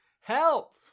help